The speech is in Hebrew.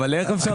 איך אפשר